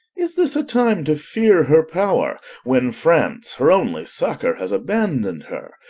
is this a time to fear her power, when france, her only succor, has abandoned her?